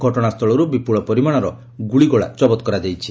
ଘଟଣାସ୍ଥଳରୁ ବିପୁଳ ପରିମାଣର ଗୁଳିଗୋଳା ଜବତ କରାଯାଇଛି